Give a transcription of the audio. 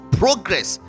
progress